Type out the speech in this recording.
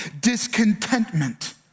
discontentment